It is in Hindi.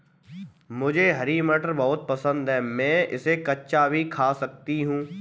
मुझे हरी मटर बहुत पसंद है मैं इसे कच्चा भी खा जाती हूं